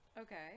Okay